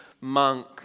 monk